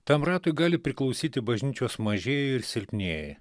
tam ratui gali priklausyti bažnyčios mažieji ir silpnieji